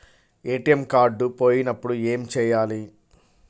ATM card పోయినప్పుడు ఏమి చేయాలి?